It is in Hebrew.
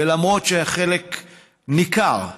ולמרות שחלק ניכר,